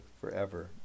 forever